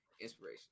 Inspiration